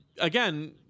again